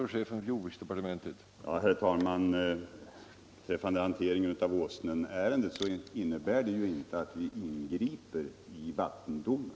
Herr talman! Hanteringen av Åsnenärendet innebär inte att vi ingriper i vattendomen.